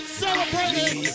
celebrating